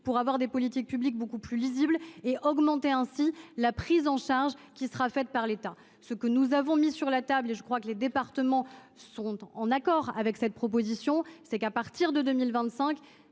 œuvre des politiques publiques beaucoup plus lisibles et augmenter ainsi la prise en charge par l’État. Ce que nous avons mis sur la table, et je crois que les départements sont en accord avec cette proposition, c’est que 50 % de